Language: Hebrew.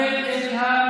אנא לכבד את המליאה.